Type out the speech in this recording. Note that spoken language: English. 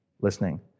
listening